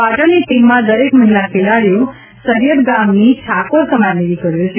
પાટણની ટીમમાં દરેક મહિલા ખેલાડીઓ સરિયતગામની ઠાકોર સમાજની દિકરીઓ છે